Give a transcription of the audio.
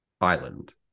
island